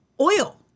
oil